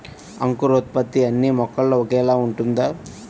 అంకురోత్పత్తి అన్నీ మొక్కలో ఒకేలా ఉంటుందా?